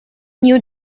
new